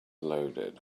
loaded